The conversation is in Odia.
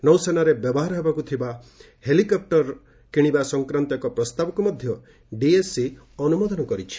ନୌସେନାରେ ବ୍ୟବହାର ହେବାକୁ ଥିବା ହେଲିକେପୂର କିଣିବା ସଂକ୍ରାନ୍ତ ଏକ ପ୍ରସ୍ତାବକୁ ମଧ୍ୟ ଡିଏସି ଅନୁମୋଦନ କରିଛି